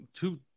two